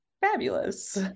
fabulous